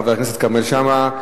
חבר הכנסת כרמל שאמה,